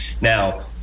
now